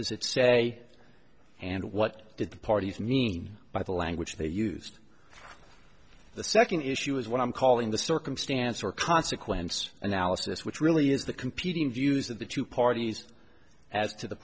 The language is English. does it say and what did the parties mean by the language they used the second issue is what i'm calling the circumstance or consequence analysis which really is the competing views of the two parties as to the